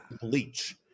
bleach